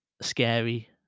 scary